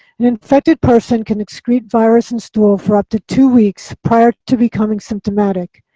an infected person can excrete virus in stool for up to two weeks prior to becoming symptomatic,